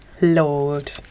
Lord